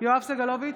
יואב סגלוביץ'